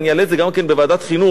ואני אעלה את זה גם בוועדת החינוך,